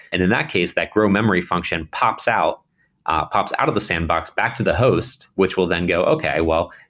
and in that case, that grow memory function pops out pops out of the sandbox back to the host, which will then go, okay. well,